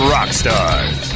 Rockstars